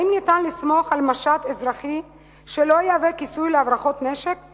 האם ניתן לסמוך על משט אזרחי שלא יהווה כיסוי להברחות נשק?